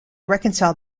reconcile